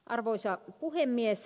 arvoisa puhemies